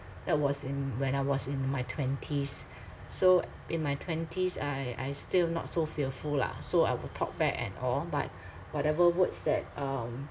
that was in when I was in my twenties so in my twenties I I still not so fearful lah so I will talk back and all but whatever words that um